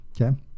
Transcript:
Okay